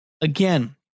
Again